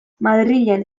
madrilen